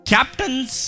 Captains